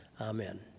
Amen